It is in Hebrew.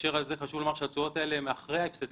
חשוב לומר שהתשואות האלו הן אחרי הפסדי